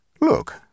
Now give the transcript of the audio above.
Look